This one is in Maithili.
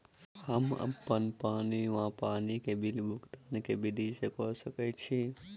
हम्मर अप्पन पानि वा पानि बिलक भुगतान केँ विधि कऽ सकय छी?